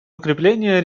укрепление